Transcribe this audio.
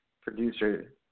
producer